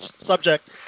subject